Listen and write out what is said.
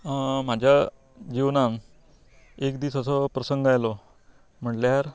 म्हाज्या जिवनांत एक दीस असो प्रसंग आयलो म्हळल्यार